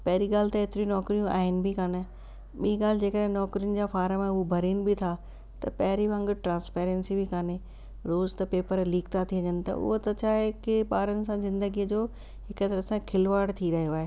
पहिरीं ॻाल्हि त हेतिरी नौकिरियूं आहिनि बि कान ॿीं ॻाल्हि जे कॾहिं नौकिरियुनि जा फॉम हू भरनि बि था त पहिरीं वांगुरु ट्रांस्पेरेंसी बि काने रोज़ु त पेपर लिक था थी वञनि त उहो त छा आहे कि ॿारनि सां ज़िंदगीअ जो हिकु तरह सां खिलवाड़ थी रहियो आहे